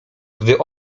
gdy